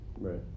Right